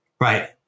Right